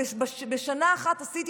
בשנה אחת עשיתי